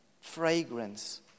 fragrance